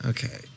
Okay